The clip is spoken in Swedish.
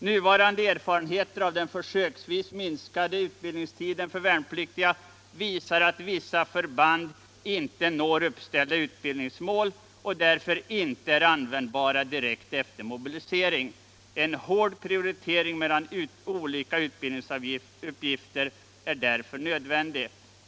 Nuvarande erfarenheter av den försöksvis minskade utbildningstiden för värnpliktiga visar att vissa förband inte når uppställda utbildningsmål och därför inte är användbara direkt efter mobilisering. En hård prioritering mellan olika utbildningsuppgifter är därför nödvändig.